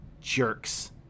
jerks